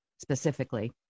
specifically